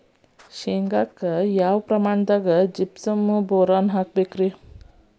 ಶೇಂಗಾಕ್ಕ ಯಾವ ಪ್ರಾಯದಾಗ ಜಿಪ್ಸಂ ಬೋರಾನ್ ಹಾಕಬೇಕ ರಿ?